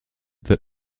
that